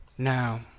Now